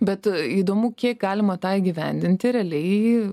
bet įdomu kiek galima tą įgyvendinti realiai